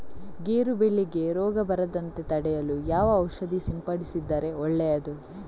ಗೇರು ಬೆಳೆಗೆ ರೋಗ ಬರದಂತೆ ತಡೆಯಲು ಯಾವ ಔಷಧಿ ಸಿಂಪಡಿಸಿದರೆ ಒಳ್ಳೆಯದು?